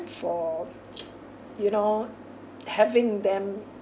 for you know having them